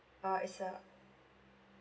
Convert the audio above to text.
uh is a